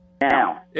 now